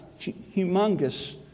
humongous